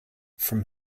from